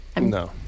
No